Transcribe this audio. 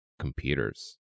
computers